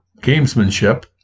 gamesmanship